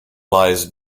lies